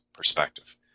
Perspective